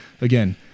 again